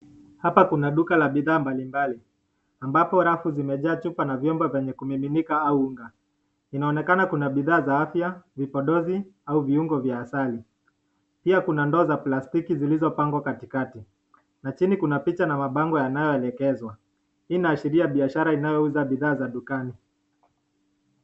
Hapa kuna duka la bidhaa mbalimbali ambapo rafu zimejaa chupa na vyombo vyenye kumiminika au la. Inaonekana kuna bidhaa za afya, vipodozi na viungo vya asali. Pia kuna ndoo za plastiki zilizo pangwa katikati. Lakini kuna picha na bango inayoelekezwa inaashiria biashara inayouza bidhaa za dukani .